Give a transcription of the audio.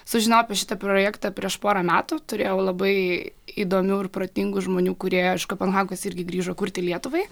sužinojau apie šitą projektą prieš porą metų turėjau labai įdomių ir protingų žmonių kurie iš kopenhagos irgi grįžo kurti lietuvai